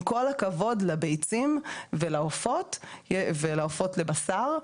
עם כל הכבוד לביצים ולעופות לבשר,